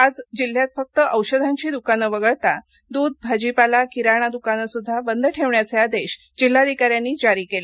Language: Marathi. आज जिल्ह्यात फक्त औषधांची दुकानं वगळता दूध भाजीपाला किराणा दुकानं सुध्दा बंद ठेवण्याचे आदेश जिल्हाधिकाऱ्यांनी जारी केले